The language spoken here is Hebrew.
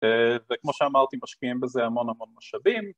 ‫וכמו שאמרתי, משקיעים בזה ‫המון המון משאבים.